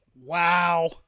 Wow